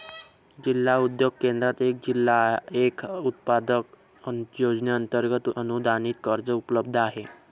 जिल्हा उद्योग केंद्रात एक जिल्हा एक उत्पादन योजनेअंतर्गत अनुदानित कर्ज उपलब्ध आहे